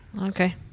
Okay